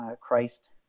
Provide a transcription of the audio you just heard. Christ